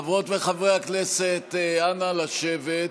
חברות וחברי הכנסת, נא לשבת.